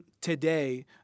today